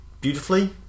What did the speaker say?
beautifully